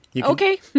Okay